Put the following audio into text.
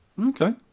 Okay